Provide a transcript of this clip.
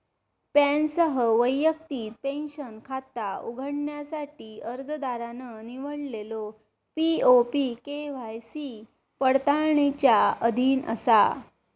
पॅनसह वैयक्तिक पेंशन खाता उघडण्यासाठी अर्जदारान निवडलेलो पी.ओ.पी के.वाय.सी पडताळणीच्या अधीन असा